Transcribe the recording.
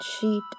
sheet